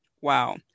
Wow